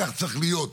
עשרת ימי תשובה ויום